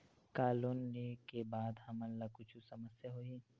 का लोन ले के बाद हमन ला कुछु समस्या होही?